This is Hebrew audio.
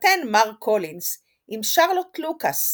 התחתן מר קולינס עם שרלוט לוקאס,